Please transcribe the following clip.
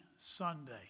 Sunday